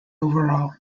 overall